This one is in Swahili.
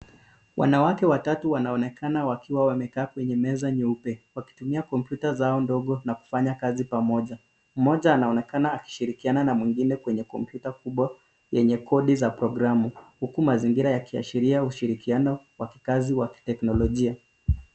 Wanawake watatu wanaonekana wakiwa kwenye meza meupe wakitumia kompyuta zao ndogo na kufanya kazi pamoja, mmoja anaonekana akishirikiana na mwingine kwenye kompyuta yenye kodi za programu huku mazingira yakiashiria uhusiano wa mazingira ya kikazi wa kiteknolojia.